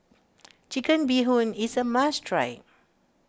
Chicken Bee Hoon is a must try